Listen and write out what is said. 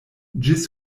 ĝis